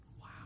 Wow